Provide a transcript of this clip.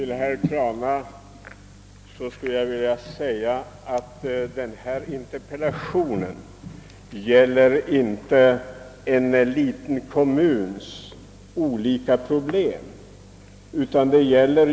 Herr talman! Min interpellation, herr Trana, gäller inte en liten kommuns olika problem.